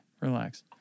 Relax